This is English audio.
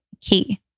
key